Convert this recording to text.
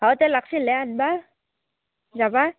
অঁ তে লাগিছিল হে আনিব